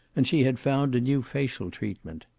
and she had found a new facial treatment.